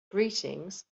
greetings